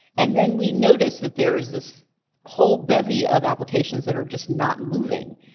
and then we notice that there is this whole bevy of applications that are just not moving.